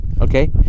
Okay